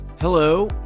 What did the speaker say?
Hello